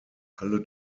alle